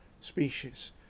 species